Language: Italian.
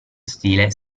stile